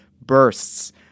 bursts